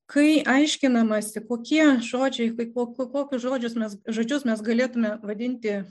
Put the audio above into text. kai aiškinamasi kokie žodžiai kaip kokius žodžius žodžius mes galėtume vadinti